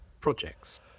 projects